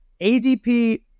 ADP